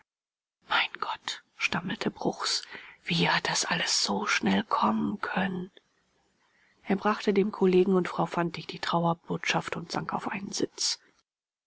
mein gott stammelte bruchs wie hat das alles so schnell kommen können er brachte dem kollegen und frau fantig die trauerbotschaft und sank auf einen sitz